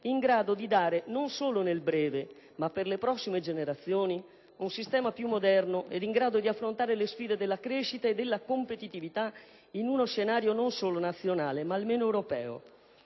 in grado di dare non solo nel breve, ma per le prossime generazioni, un sistema più moderno ed in grado di affrontare le sfide della crescita e della competitività in uno scenario non solo nazionale ma almeno europeo.